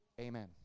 Amen